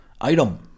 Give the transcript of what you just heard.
Item